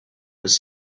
was